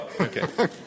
okay